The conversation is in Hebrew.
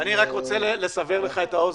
אני רק רוצה לסבר לך את האוזן,